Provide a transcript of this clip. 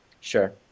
Sure